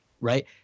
right